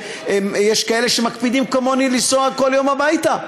יש כאלה שמקפידים כמוני לנסוע כל יום הביתה.